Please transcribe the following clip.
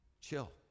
chill